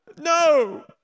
No